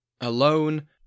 alone